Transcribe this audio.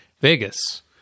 Vegas